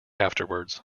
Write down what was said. afterwards